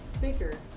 bigger